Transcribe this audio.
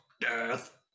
death